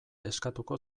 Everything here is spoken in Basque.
eskatuko